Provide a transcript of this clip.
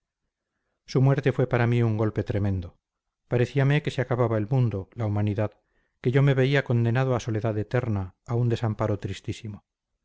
su muerte fue para mí un golpe tremendo parecíame que se acababa el mundo la humanidad que yo me veía condenado a soledad eterna a un desamparo tristísimo